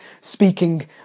speaking